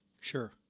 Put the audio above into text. Sure